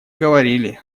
говорили